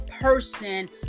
person